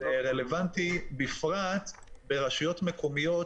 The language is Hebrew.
בוודאי שהוראות חוק הגנת הצרכן יוסיפו לחול,